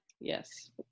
Yes